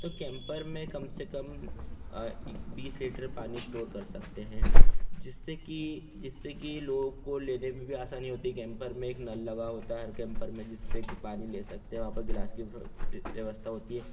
तो कैम्पर में कम से कम बीस लीटर पानी इस्टोर कर सकते हैं जिससे कि जिससे कि लोग को लेने में भी आसानी होती है कैम्पर में एक नल लगा होता है हर कैम्पर में जिससे कि पानी ले सकते हैं वहाँ पर गिलास की व्यवस्था होती है